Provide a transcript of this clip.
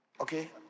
Okay